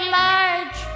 large